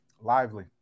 Lively